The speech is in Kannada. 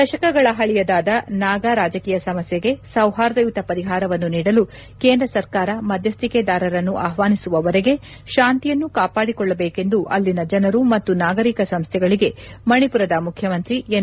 ದಶಕಗಳ ಹಳೆಯದಾದ ನಾಗಾ ರಾಜಕೀಯ ಸಮಸ್ನೆಗೆ ಸೌಹಾರ್ದಯುತ ಪರಿಹಾರವನ್ನು ನೀಡಲು ಕೇಂದ್ರ ಸರ್ಕಾರ ಮಧ್ಯಸ್ಥಿಕೆದಾರರನ್ನು ಆಹ್ನಾನಿಸುವವರೆಗೆ ಶಾಂತಿಯನ್ನು ಕಾಪಾಡಿಕೊಳ್ಲಬೇಕೆಂದು ಅಲ್ಲಿನ ಜನರು ಮತ್ತು ನಾಗರಿಕ ಸಂಸ್ಲೆಗಳಿಗೆ ಮಣಿಪುರದ ಮುಖ್ಯಮಂತ್ರಿ ಎನ್